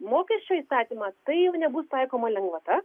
mokesčio įstatymą tai jau nebus taikoma lengvata